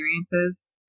experiences